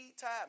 time